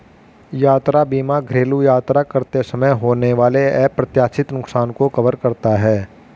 यात्रा बीमा घरेलू यात्रा करते समय होने वाले अप्रत्याशित नुकसान को कवर करता है